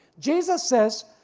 jesus says,